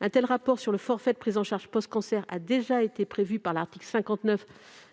Un tel rapport sur le forfait de prise en charge post-cancer est déjà prévu à l'article 59